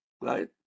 right